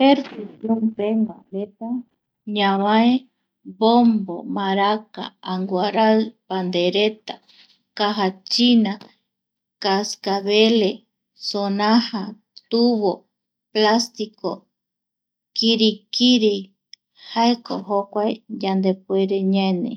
ñavae bombo maraca, anguarai, pandereta caja china, cascabele, sonaja, tubo plastico, kikiriki jaeko jokuae yandepuere ñaenii.